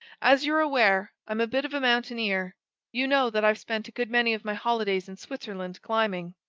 as you're aware, i'm a bit of a mountaineer you know that i've spent a good many of my holidays in switzerland, climbing.